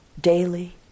daily